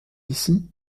ici